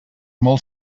molt